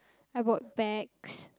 I bought bags